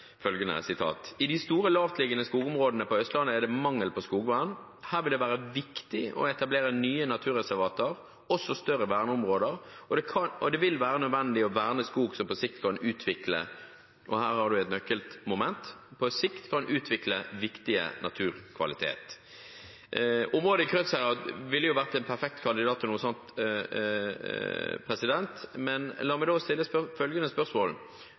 de store lavtliggende skogområdene på Østlandet er det mangel på skogvern. Her vil det være viktig å etablere nye naturreservater, også større verneområder, og det vil være nødvendig å verne skog som» – og her er et nøkkelmoment – «på sikt kan utvikle viktige naturkvaliteter.» Området i Krødsherad ville vært en perfekt kandidat til noe sånt. Men la meg stille følgende spørsmål: